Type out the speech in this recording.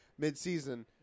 midseason